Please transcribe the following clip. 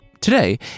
today